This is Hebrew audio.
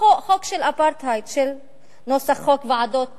או חוק של האפרטהייד, נוסח חוק ועדות הקבלה.